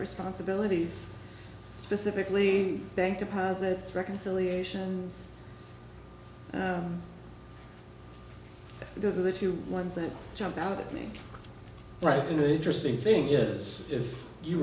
responsibilities specifically bank deposits reconciliations because of the two one thing jumped out at me right in the interesting thing is if you